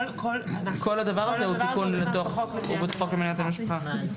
כל הדבר הזה הוא תיקון בחוק למניעת אלימות במשפחה.